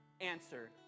answer